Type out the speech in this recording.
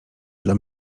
dla